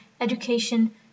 education